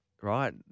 right